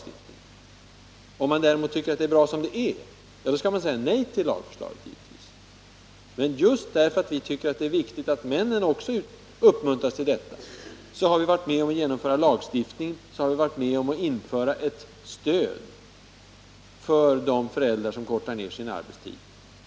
Tycker man däremot att det är bra som det är, skall man givetvis säga nej till lagen. Men just därför att vi anser det viktigt att männen också uppmuntras att förkorta sin arbetstid, har vi varit med om att genomföra denna lagstiftning, och vi har varit med om att införa ett stöd för de föräldrar som kortar ned sin arbetstid.